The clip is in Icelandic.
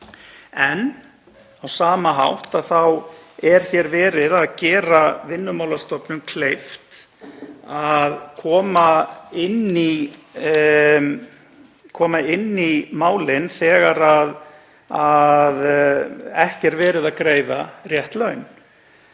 En á sama hátt er hér verið að gera Vinnumálastofnun kleift að koma inn í málin þegar ekki er verið að greiða rétt laun.